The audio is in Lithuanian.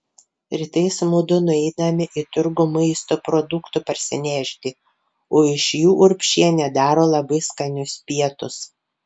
rytais mudu nueiname į turgų maisto produktų parsinešti o iš jų urbšienė daro labai skanius pietus